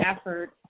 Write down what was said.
effort